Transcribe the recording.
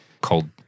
called